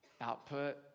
output